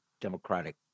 Democratic